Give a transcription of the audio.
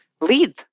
lead